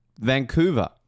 Vancouver